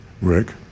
Rick